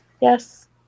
Yes